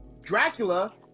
dracula